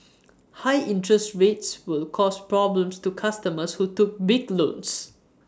high interest rates will cause problems to customers who took big loans